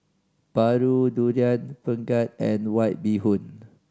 paru Durian Pengat and White Bee Hoon